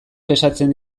kexatzen